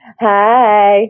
Hi